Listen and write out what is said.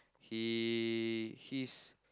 he he's